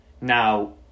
Now